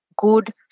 good